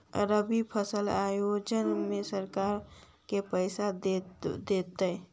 रबि फसल योजना में सरकार के पैसा देतै?